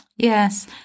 Yes